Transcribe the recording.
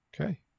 Okay